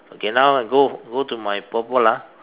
okay now I go go to my purple ah